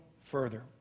further